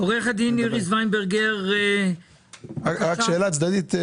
שאלה צדדית.